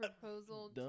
proposal